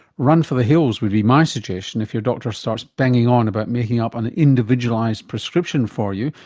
run for the hills would be my suggestion if your doctor starts banging on about making up an individualised prescription for you,